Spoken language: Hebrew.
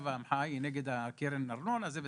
המחאה עכשיו היא נגד קרן הארנונה וזה בסדר.